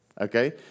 Okay